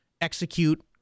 execute